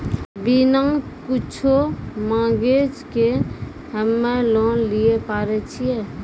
बिना कुछो मॉर्गेज के हम्मय लोन लिये पारे छियै?